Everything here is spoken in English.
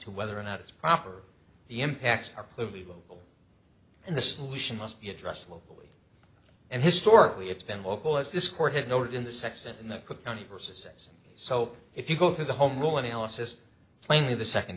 to whether or not it's proper the impacts are clearly local and the solution must be addressed locally and historically it's been local as this court had noted in the sex in the cook county vs so if you go through the home rule analysis plainly the second